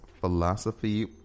philosophy